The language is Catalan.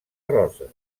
roses